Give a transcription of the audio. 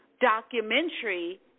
documentary